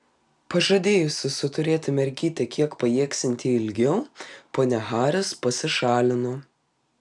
pažadėjusi suturėti mergytę kiek pajėgsianti ilgiau ponia haris pasišalino